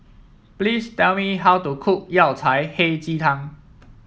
please tell me how to cook Yao Cai Hei Ji Tang